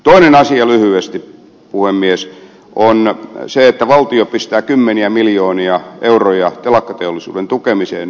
kolmas asia lyhyesti puhemies on se että valtio pistää kymmeniä miljoonia euroja telakkateollisuuden tukemiseen perustelluista syistä